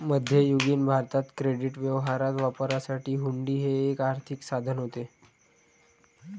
मध्ययुगीन भारतात क्रेडिट व्यवहारात वापरण्यासाठी हुंडी हे एक आर्थिक साधन होते